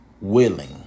Willing